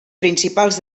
principals